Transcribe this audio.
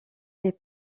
est